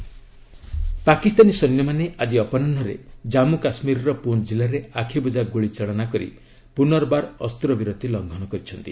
cease fire violation Pakistani ସେନ୍ୟମାନେ ଆଜି ଅପରାହ୍ନରେ କାମ୍ମୁ କାଶ୍ମୀରର ପୁଞ୍ ଜିଲ୍ଲାରେ ଆଖିବୁଜା ଗୁଳିଚାଳନା କରି ପୁନର୍ବାର ଅସ୍ତ୍ରବିରତି ଲଙ୍ଘନ କରିଛନ୍ତି